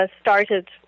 started